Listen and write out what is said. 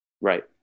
Right